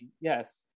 Yes